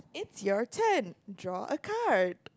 it's your turn draw a card